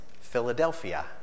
Philadelphia